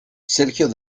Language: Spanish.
sergio